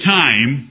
time